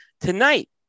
Tonight